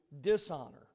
dishonor